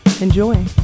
Enjoy